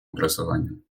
образованию